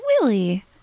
Willie